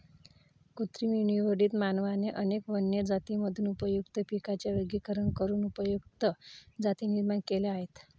कृत्रिम निवडीत, मानवाने अनेक वन्य जातींमधून उपयुक्त पिकांचे वर्गीकरण करून उपयुक्त जाती निर्माण केल्या आहेत